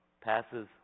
Passes